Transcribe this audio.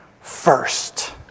First